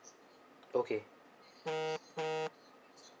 okay